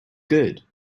good